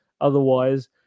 Otherwise